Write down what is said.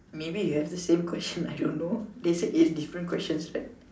maybe you have the same question I don't know they said is different questions that